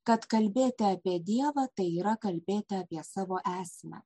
kad kalbėti apie dievą tai yra kalbėti apie savo esmę